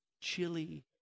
chili